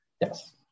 yes